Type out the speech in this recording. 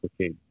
okay